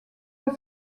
doit